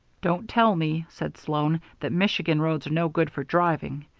don't tell me, said sloan, that michigan roads are no good for driving.